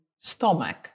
Stomach